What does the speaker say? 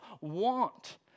want